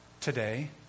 Today